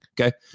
okay